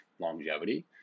longevity